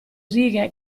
righe